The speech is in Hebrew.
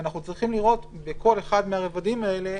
ואנחנו צריכים לראות בכל אחד מהרבדים האלה